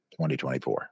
2024